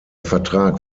vertrag